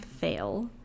fail